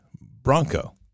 Bronco